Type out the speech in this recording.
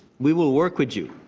we will work with you.